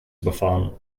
überfahren